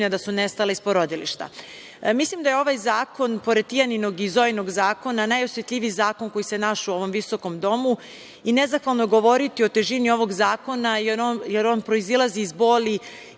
da su nestala iz porodilišta. Mislim da je ovaj zakon pored „Tijaninog“ i „Zojinog“ zakona najosetljiviji zakon koji se našao u ovom visokom domu i nezahvalno je govoriti o težini ovog zakona jer on proizilazi iz boli